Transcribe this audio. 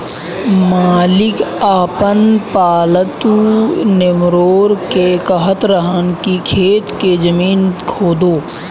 मालिक आपन पालतु नेओर के कहत रहन की खेत के जमीन खोदो